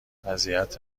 وضعیت